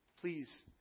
please